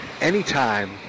anytime